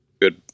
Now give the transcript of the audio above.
good